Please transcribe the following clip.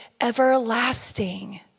everlasting